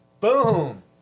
Boom